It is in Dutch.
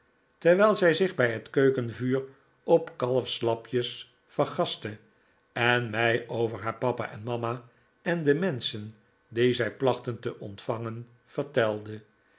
terwijl zij zich bij het keukenvuur op kalfslapjes vergastte en mij over haar papa en mama en de menschen die zij plachten te ontvangen vertelde